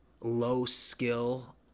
low-skill